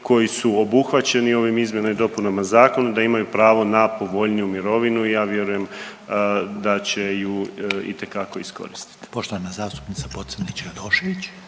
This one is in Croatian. koji su obuhvaćeni ovim izmjenama i dopunama zakona da imaju pravo na povoljniju mirovinu i ja vjerujem da će ju itekako iskoristiti. **Reiner, Željko (HDZ)** Poštovana